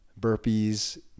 burpees